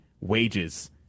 wages